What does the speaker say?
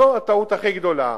זו הטעות הכי גדולה,